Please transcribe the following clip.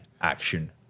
action